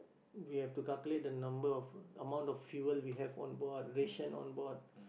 we have to calculate the number of amount of fuel we have on board ration on board